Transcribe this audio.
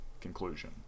conclusion